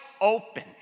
open